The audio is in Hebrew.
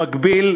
במקביל,